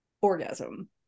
orgasm